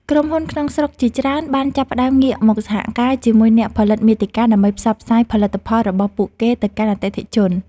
ក្រុមហ៊ុនក្នុងស្រុកជាច្រើនបានចាប់ផ្តើមងាកមកសហការជាមួយអ្នកផលិតមាតិកា ដើម្បីផ្សព្វផ្សាយផលិតផលរបស់ពួកគេទៅកាន់អតិថិជន។